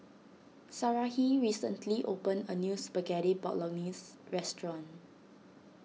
Sarahi recently opened a new Spaghetti Bolognese restaurant